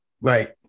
right